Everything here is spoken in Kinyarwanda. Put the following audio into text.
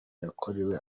yakorewe